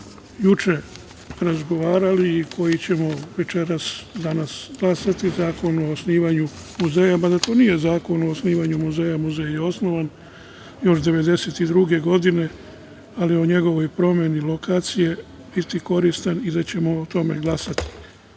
i koji ćemo danas glasati, Zakon o osnivanju muzeja, mada to nije zakon o osnivanju muzeja, muzej je osnovan još 1992. godine, ali o njegovoj promeni lokacije, biti koristan i da ćemo o tome glasati. Još